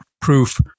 proof